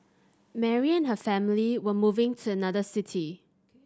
Mary and her family were moving to another city